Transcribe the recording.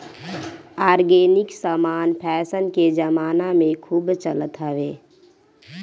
organic समान fashion के जमाना में खूब चलत हवे